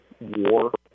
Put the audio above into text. war